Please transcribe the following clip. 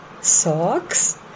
socks